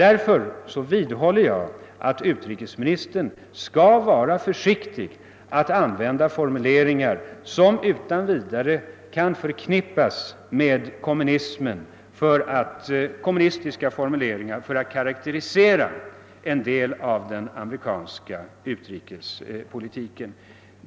Därför vidhåller jag att utrikesministern skall vara försiktig med att använda formuleringar, som kan förknippas med den kommunistiska tankevärlden, för att karakterisera en del av den amerikanska utrikespolitiken.